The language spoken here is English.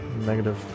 negative